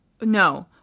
No